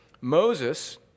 Moses